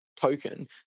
token